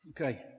Okay